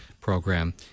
program